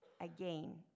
again